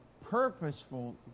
purposeful